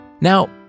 Now